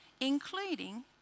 including